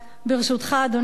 אדוני היושב-ראש,